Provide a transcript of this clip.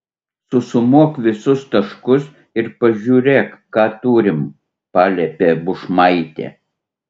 susumuok visus taškus ir pažiūrėk ką turim paliepė bušmaitė